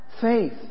faith